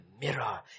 mirror